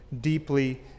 deeply